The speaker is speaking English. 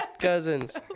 cousins